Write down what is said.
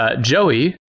Joey